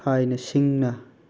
ꯊꯥꯏꯅ ꯁꯤꯡꯅ